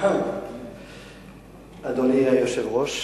אדוני היושב-ראש,